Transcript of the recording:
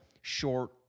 short